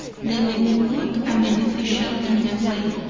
they may be good and beneficial in their way,